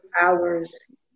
hours